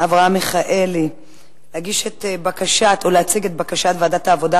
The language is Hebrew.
אברהם מיכאלי להציג את בקשת ועדת העבודה,